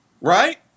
right